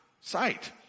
sight